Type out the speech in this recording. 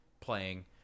playing